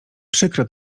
przykra